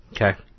Okay